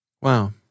Wow